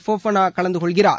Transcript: போஃபளா கலந்து கொள்கிறார்